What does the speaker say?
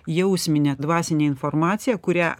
jausminę dvasinę informaciją kurią